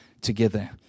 together